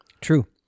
True